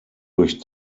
durch